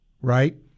right